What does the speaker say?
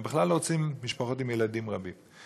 הם בכלל לא רוצים משפחות עם ילדים רבים.